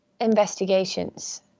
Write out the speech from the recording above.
investigations